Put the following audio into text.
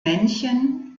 männchen